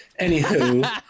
Anywho